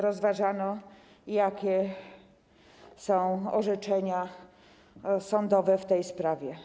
Rozważano, jakie są orzeczenia sądowe w tej prawie.